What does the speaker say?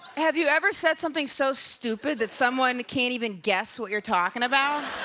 have you ever said something so stupid that someone can't even guess what you're talking about?